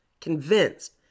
convinced